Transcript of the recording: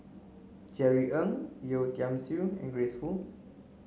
Jerry Ng Yeo Tiam Siew and Grace Fu